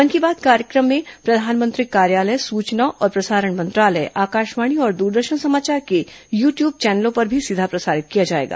मन की बात प्रधानमंत्री कार्यालय सूचना और प्रसारण मंत्रालय आकाशवाणी और दूरदर्शन समाचार के यू ट्यूब चैनलों पर भी सीधा प्रसारित किया जाएगा